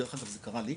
דרך אגב זה קרה לי.